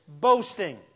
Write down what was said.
boasting